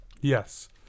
Yes